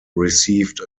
received